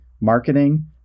marketing